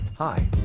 Hi